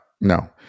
no